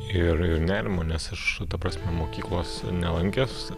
ir ir nerimo nes aš ta prasme mokyklos nelankęs